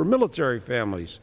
for military families